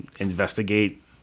investigate